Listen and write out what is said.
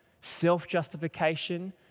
self-justification